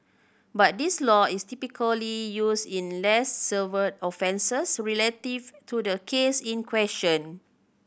but this law is typically used in less severe offences relative to the case in question